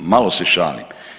Malo se šalim.